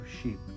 sheep